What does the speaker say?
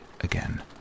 again